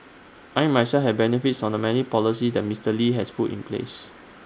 I myself have benefited from the many policies that Mister lee has put in place